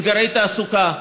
אתגרי תעסוקה,